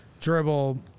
dribble